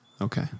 Okay